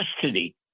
Custody